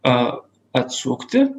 a atsukti